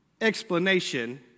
explanation